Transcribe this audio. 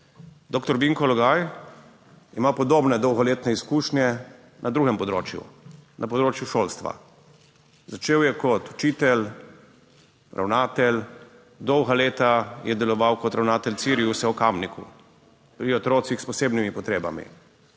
Doktor Vinko Logaj ima podobne dolgoletne izkušnje na drugem področju, na področju šolstva. Začel je kot učitelj, ravnatelj, dolga leta je deloval kot ravnatelj Ciriusa v Kamniku pri otrocih s posebnimi potrebami.